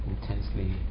intensely